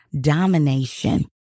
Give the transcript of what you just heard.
domination